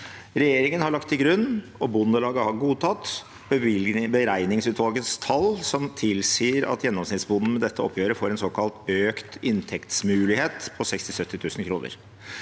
Regjeringen har lagt til grunn – og Norges Bondelag har godtatt – beregningsutvalgets tall som tilsier at gjennomsnittsbonden med dette oppgjøret får en såkalt økt inntektsmulighet på 60 000–70 000 kr.